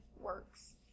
works